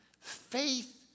Faith